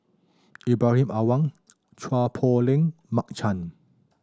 Ibrahim Awang Chua Poh Leng Mark Chan